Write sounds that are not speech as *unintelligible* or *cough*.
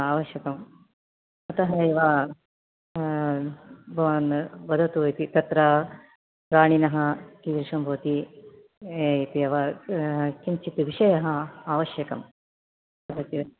आवश्यकम् अतः एव भवान् वदतु इति तत्र प्राणिनः किदृशं भवति इत्येव किञ्चित् विषयः आवश्यकम् *unintelligible*